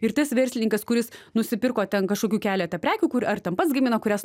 ir tas verslininkas kuris nusipirko ten kažkokių keletą prekių kur ar ten pats gamino kurias